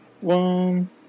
One